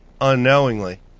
unknowingly